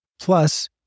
Plus